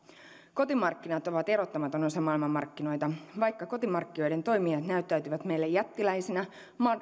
kotimarkkinat ovat erottamaton osa maailmanmarkkinoita vaikka kotimarkkinoiden toimijat näyttäytyvät meille jättiläisinä